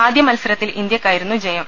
ആദ്യമ ത്സരത്തിൽ ഇന്ത്യയ്ക്കായിരുന്നു ജയം